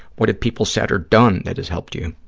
what have people said or done that has helped you?